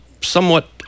somewhat